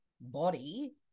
body